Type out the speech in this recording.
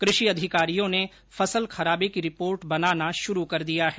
कृषि अधिकारियों ने फसल खराबे की रिपोर्ट बनाना शुरू कर दिया है